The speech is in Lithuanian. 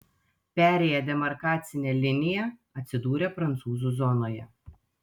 perėjęs demarkacinę liniją atsidūrė prancūzų zonoje